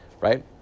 right